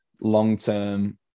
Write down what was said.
long-term